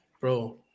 bro